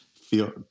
feel